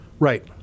Right